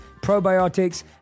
probiotics